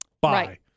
bye